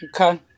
okay